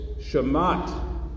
shamat